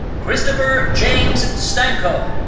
christopher james stanko.